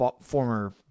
former